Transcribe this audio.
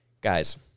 Guys